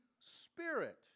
Spirit